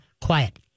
quiet